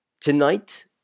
tonight